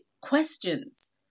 questions